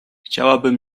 chciałabym